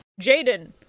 Jaden